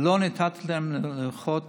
ולא נתתי להם לנחות